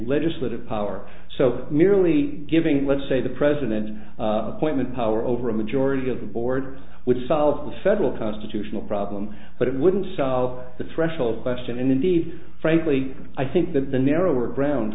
legislative power so merely giving let's say the president appointment power over a majority of the board would solve the federal constitutional problem but it wouldn't sell the threshold question and indeed frankly i think that the narrower ground